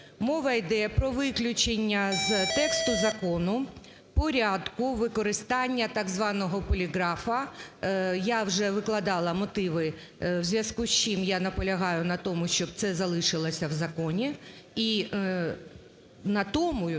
Мова йде про виключення з тексту закону порядку використання так званого поліграфа. Я вже викладала мотиви, в зв'язку з чим я наполягаю на тому, щоб це залишилося в законі, і на тому,